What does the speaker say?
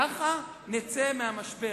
ככה נצא מהמשבר.